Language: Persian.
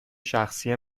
شخصی